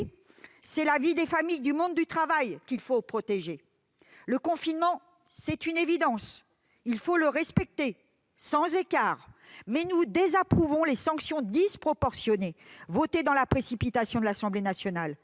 c'est la vie des familles, du monde du travail qu'il faut protéger. Le confinement- c'est une évidence -doit être respecté, sans écart ; mais nous désapprouvons les sanctions disproportionnées votées dans la précipitation de l'Assemblée nationale.